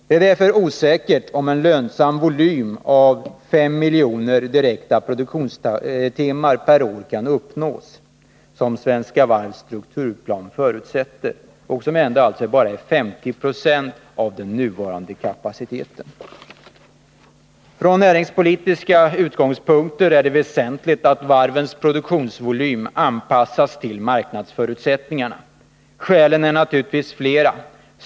Det är därför osäkert om en lönsam volym av 5 miljoner direkta produktionstimmar per år kan uppnås, som Svenska Varvs strukturplan förutsätter och som alltså bara är 50 270 av den nuvarande kapaciteten. Från näringspolitiska utgångspunkter är det väsentligt att varvens produktionsvolym anpassas till marknadsförutsättningarna. Skälen är naturligtvis flera.